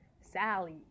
sally